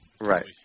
Right